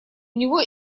него